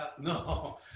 No